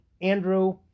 Andrew